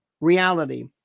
reality